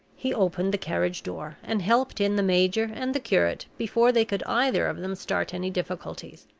he opened the carriage door, and helped in the major and the curate before they could either of them start any difficulties.